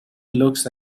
looks